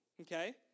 Okay